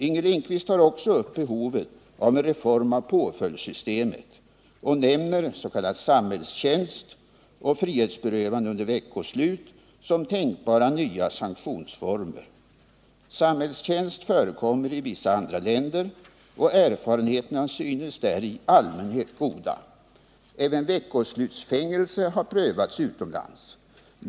Inger Lindquist tar också upp behovet av en reform av påföljdssystemet och nämner s.k. samhällstjänst och frihetsberövande under veckoslut som tänkbara nya sanktionsformer. Samhällstjänst förekommer i vissa andra länder och erfarenheterna synes där i allmänhet goda. Även veckoslutsfängelse har prövats utomlands.